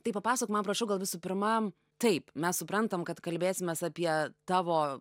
tai papasakok man prašau gal visų pirmam taip mes suprantam kad kalbėsimės apie tavo